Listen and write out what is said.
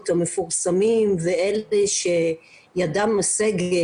המפורסמים ואלה שידם משגת,